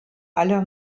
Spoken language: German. aller